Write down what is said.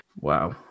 Wow